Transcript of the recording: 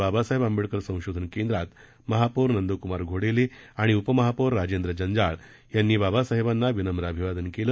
बाबासाहेब आंबेडकर संशोधन केंद्रात महापौर नंदकुमार घोडेले आणि उपमहापौर राजेंद्र जंजाळ यांनी बाबासाहेबांना विनम्र अभिवादन केलं